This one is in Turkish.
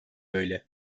böyle